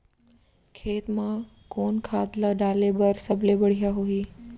खेत म कोन खाद ला डाले बर सबले बढ़िया होही?